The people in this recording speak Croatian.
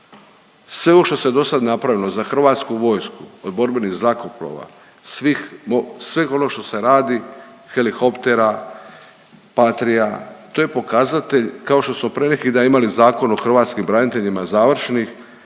Sve ovo što se do sad napravilo za Hrvatsku vojsku od borbenih zrakoplova, sveg onog što se radi, helikoptera Patria to je pokazatelj kao što smo prije neki dan imali Zakon o hrvatskim braniteljima završni